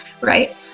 right